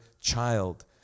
child